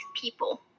people